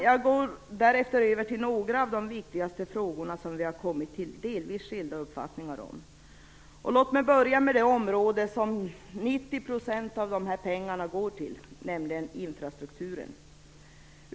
Jag går därefter över till några av de viktigaste frågorna där vi kommit till delvis skilda uppfattningar. Låt mig börja med det område som 90 % av pengarna - 22,4 miljarder kronor - går till, nämligen trafikens infrastruktur.